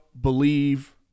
believe